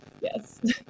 Yes